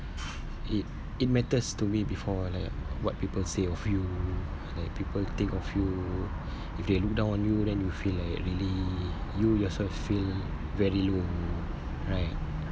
it it matters to me before like uh what people say of you like people think of you if they look down on you then you feel like really you yourself feel very low right